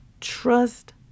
trust